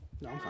No